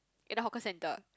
in the hawker centre